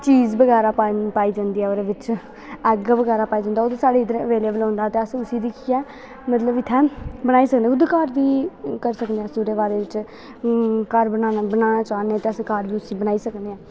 चाज़ बगैरा पाई जंदी ऐ ओह्दे बिच्च ऐग्ग बगैरा पाई जंदा साढ़ै इध्दर अवेलेवल होंदा ते अस उसी दिक्खियै मतलव इत्थोें बनाई सकनें घर बी करी सकने ओह्दे बारे च घर बनाना चाह्ने ते घर बी उसी अस बनाई सकनें आं